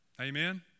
Amen